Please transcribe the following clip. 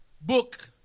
book